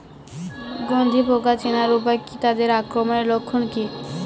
গন্ধি পোকা চেনার উপায় কী তাদের আক্রমণের লক্ষণ কী?